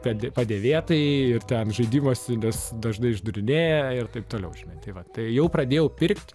tad padavėtai ir ten žaidimas nes dažnai išdūrinėja ir taip toliau žinai tai va tai jau pradėjau pirkt